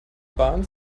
bahn